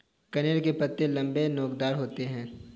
कनेर के पत्ते लम्बे, नोकदार होते हैं